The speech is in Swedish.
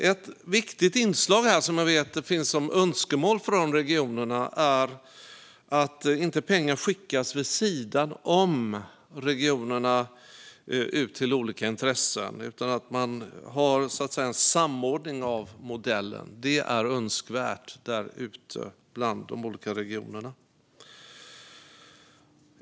Ett viktigt inslag som finns som önskemål från regionerna är att pengar inte skickas vid sidan om regionerna ut till olika intressen utan att man har en samordning av modellen. Det är önskvärt därute bland de olika regionerna.